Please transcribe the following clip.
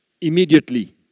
immediately